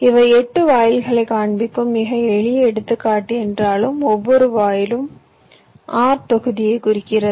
இவை 8 வாயில்களைக் காண்பிக்கும் மிக எளிய எடுத்துக்காட்டு என்றாலும் ஒவ்வொரு வாயிலும் OR தொகுதியைக் குறிக்கிறது